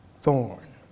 thorn